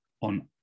on